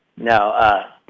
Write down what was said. No